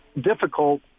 difficult